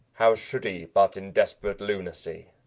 how should he but in desperate lunacy?